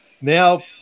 now